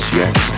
yes